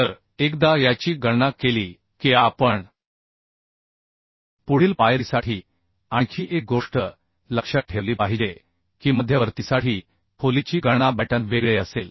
तर एकदा याची गणना केली की आपण पुढील पायरीसाठी आणखी एक गोष्ट लक्षात ठेवली पाहिजे की मध्यवर्तीसाठी खोलीची गणना बॅटन वेगळे असेल